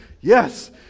yes